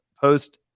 post